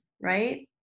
right